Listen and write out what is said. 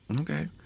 Okay